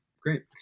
Great